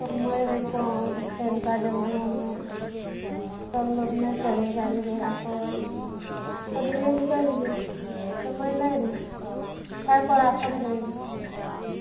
कमाइ रहय कम पहिलका जमानामे सब लोक नहि चढ़य गाड़ी घोड़ापर पैदले निकलि जाइ कमाइ नइ खाय पर आफत रहैरऽ